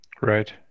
Right